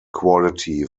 quality